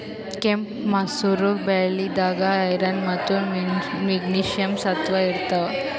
ಕೆಂಪ್ ಮಸೂರ್ ಬ್ಯಾಳಿದಾಗ್ ಐರನ್ ಮತ್ತ್ ಮೆಗ್ನೀಷಿಯಂ ಸತ್ವ ಇರ್ತವ್